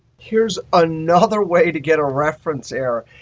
here's another way to get a reference error.